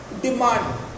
demand